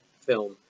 film